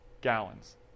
gallons